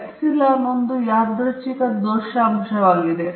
epsilon ನಾನು ಯಾದೃಚ್ಛಿಕ ದೋಷ ಅಂಶವಾಗಿದೆ